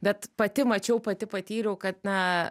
bet pati mačiau pati patyriau kad na